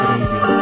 Radio